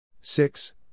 Six